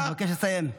אני מבקש לסיים.